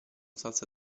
salsa